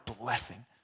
blessing